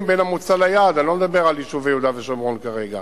בין המוצא ליעד אני לא מדבר על יישובי יהודה ושומרון כרגע.